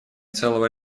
целого